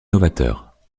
novateur